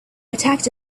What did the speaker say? attacked